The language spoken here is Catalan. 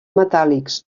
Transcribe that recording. metàl·lics